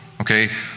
okay